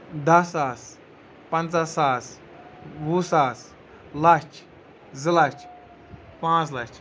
دَہ ساس پنٛژاہ ساس وُہ ساس لَچھ زٕ لَچھ پانٛژھ لَچھ